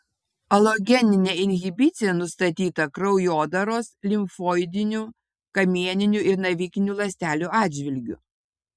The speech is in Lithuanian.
alogeninė inhibicija nustatyta kraujodaros limfoidinių kamieninių ir navikinių ląstelių atžvilgiu